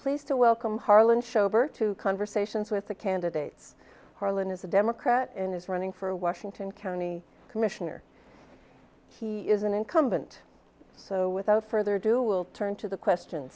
pleased to welcome harlan schober to conversations with the candidate harlan is a democrat and is running for a washington county commissioner he is an incumbent so without further ado we'll turn to the question